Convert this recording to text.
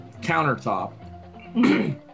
countertop